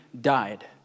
died